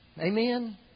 Amen